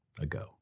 ago